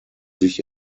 sich